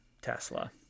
Tesla